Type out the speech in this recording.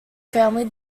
family